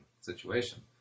situation